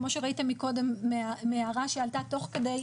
כמו שראיתם מקודם מההערה שעלתה תוך כדי,